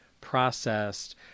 processed